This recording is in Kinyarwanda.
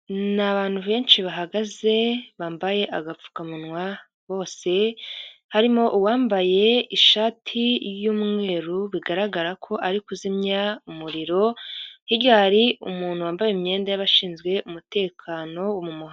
Ni abantu benshi bahagaze bambaye agapfukamunwa bose harimo uwambaye ishati y'umweru bigaragara ko arikuzimya umuriro, hirya hari umuntu wambaye imyenda y'abashinzwe umutekano wo mu muhanda.